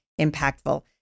impactful